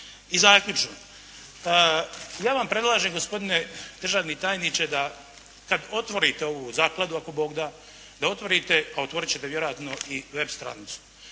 I zaključno, ja vam predlažem gospodine državni tajniče, da kad otvorite ovu zakladu ako Bog da, da otvorite, a otvorit ćete vjerojatno i web stranicu.